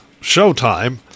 Showtime